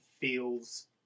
feels